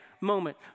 moment